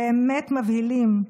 באמת מבהילים.